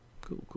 cool